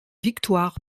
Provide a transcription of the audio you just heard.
victoire